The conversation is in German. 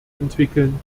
entwickeln